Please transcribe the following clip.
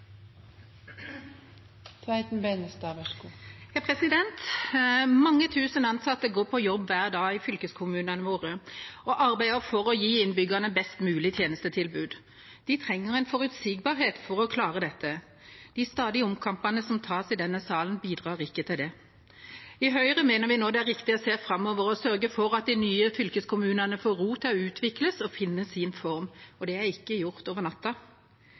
Mange tusen ansatte går på jobb hver dag i fylkeskommunene våre og arbeider for å gi innbyggerne best mulig tjenestetilbud. De trenger en forutsigbarhet for å klare dette. De stadige omkampene som tas i denne salen, bidrar ikke til det. I Høyre mener vi det nå er riktig å se framover og sørge for at de nye fylkeskommunene får ro til å utvikles og finne sin form, og det er ikke gjort over natta.